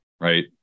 right